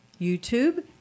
YouTube